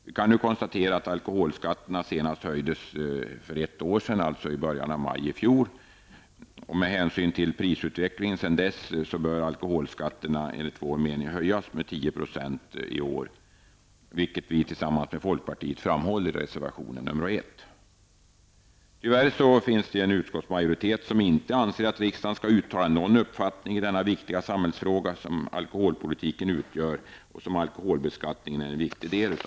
Vi kan nu konstatera att alkoholskatterna senast höjdes i början av maj i fjol, alltså för ett år sedan. Med hänsyn till prisutvecklingen sedan dess bör alkoholskatterna höjas med 10 % i år, något som vi tillsammans med folkpartiet framhåller i reservation 1. Tyvärr finns det en utskottsmajoritet som inte anser att riksdagen skall uttala någon uppfattning i denna viktiga samhällsfråga som alkoholpolitiken utgör och som alkoholbeskattningen är en viktig del av.